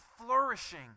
flourishing